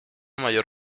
mayor